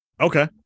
Okay